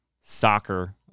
Soccer